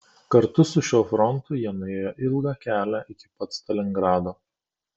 kartu su šiuo frontu jie nuėjo ilgą kelią iki pat stalingrado